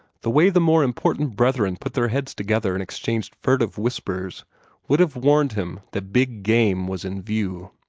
the way the more important brethren put their heads together and exchanged furtive whispers would have warned him that big game was in view.